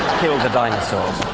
killed the dinosaurs.